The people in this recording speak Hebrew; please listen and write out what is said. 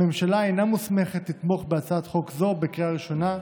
הממשלה אינה מוסמכת לתמוך בהצעת חוק זו בקריאה ראשונה,